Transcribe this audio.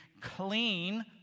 clean